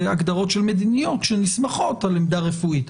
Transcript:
הגדרות של מדיניותך שנסמכות על עמדה רפואית.